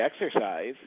exercise